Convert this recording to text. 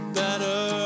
better